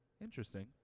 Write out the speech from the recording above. interesting